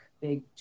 big